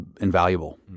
invaluable